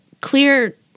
clear